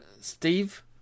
steve